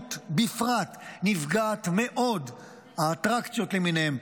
התיירות בפרט נפגעת מאוד, האטרקציות למיניהן.